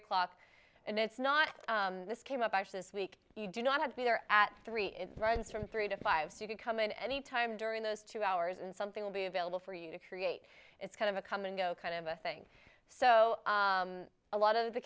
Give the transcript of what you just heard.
o'clock and it's not this came up i was this week you do not have to be there at three it runs from three to five so you can come in any time during those two hours and something will be available for you to create it's kind of a come and go kind of a thing so a lot of the